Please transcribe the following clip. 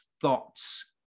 thoughts